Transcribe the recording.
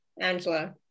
Angela